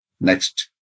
Next